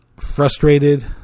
Frustrated